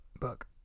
book